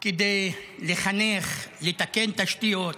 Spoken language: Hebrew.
כדי לחנך, לתקן תשתיות,